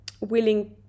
willing